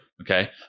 okay